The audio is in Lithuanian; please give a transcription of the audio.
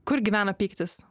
kur gyvena pyktis